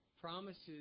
promises